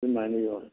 ꯑꯗꯨꯃꯥꯏꯅ ꯌꯣꯜꯂꯤ